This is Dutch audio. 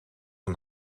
een